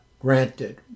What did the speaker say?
granted